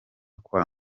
kwa